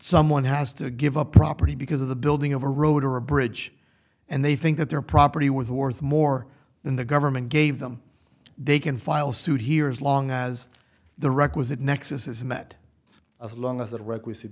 someone has to give up property because of the building of a road or a bridge and they think that their property was worth more than the government gave them they can file suit here as long as the requisite nexus is met as long as the requisite